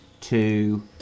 two